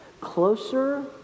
closer